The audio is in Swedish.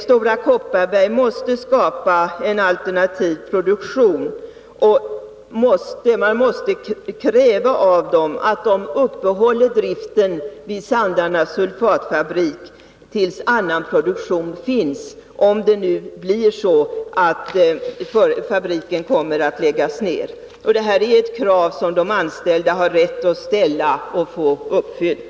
Stora Kopparberg måste skapa en alternativ produktion, och man måste kräva av koncernen att driften vid Sandarne sulfatfabrik uppehålls till dess annan produktion kommer i gång, om det nu blir så att fabriken kommer att läggas ner. Det är ett krav som de anställda har rätt att ställa och få uppfyllt.